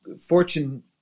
fortune